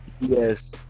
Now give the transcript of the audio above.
Yes